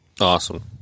Awesome